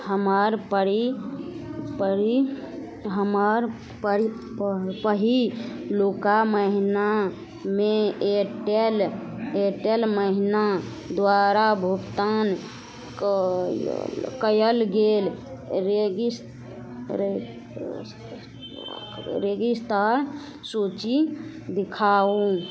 हमर परी परी हमर पहिलुका महीनामे एयरटेल एयरटेल महिना द्वारा भुगतान कयल कयल गेल रेगिसरेगिस्ता सूची दिखाउ